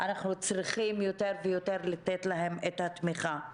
אנחנו צריכים יותר ויותר לתת להם תמיכה.